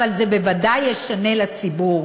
אבל זה בוודאי ישנה לציבור,